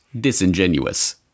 disingenuous